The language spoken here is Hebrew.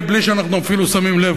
מבלי שאנחנו אפילו שמים לב,